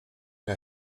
her